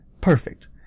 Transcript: Perfect